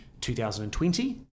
2020